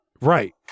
Right